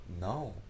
no